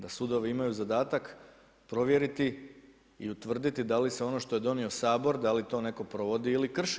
Da sudovi imaju zadatak provjeriti i utvrditi da li se ono što je donio Sabor da li to netko provodi ili krši.